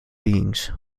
beings